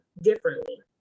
differently